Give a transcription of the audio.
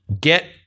get